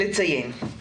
לציין את זה.